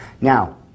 Now